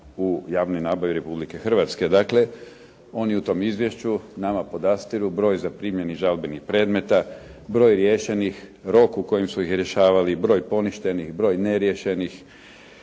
u javnoj nabavi Republike Hrvatske. Dakle, oni u tom izvješću nama podastiru broj zaprimljenih žalbenih predmeta, broj riješenih, rok u kojem su ih rješavali, broj poništenih, broj neriješenih,